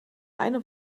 eine